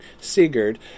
Sigurd